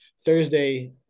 Thursday